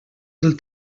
del